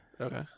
Okay